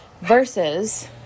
Versus